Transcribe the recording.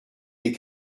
des